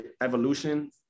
evolution